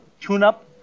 tune-up